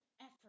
effort